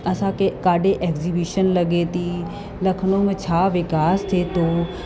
असांखे काॾे एग्ज़ीबिशन लॻे थी लखनऊ में छा विकास थिए थो